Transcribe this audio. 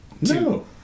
no